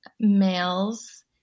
males